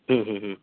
ହୁଁ ହୁଁ ହୁଁ